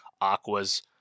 Aqua's